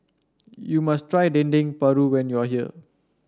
you must try Dendeng Paru when you are here